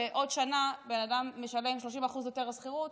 שבעוד שנה בן אדם משלם 30% יותר שכירות,